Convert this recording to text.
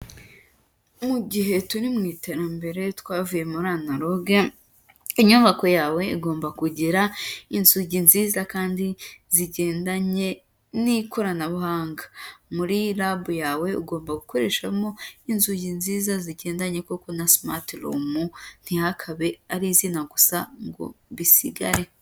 Mu gihe turi mu iterambere twavuye muri anaroge, inyubako yawe igomba kugira inzugi nziza kandi zigendanye n'ikoranabuhanga. Muri rabu yawe ugomba gukoreshamo inzugi nziza zigendanye koko na simatirumu ntihakabe ari izina gusa ngo bisigare.